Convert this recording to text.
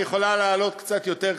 היא יכולה לעלות קצת יותר,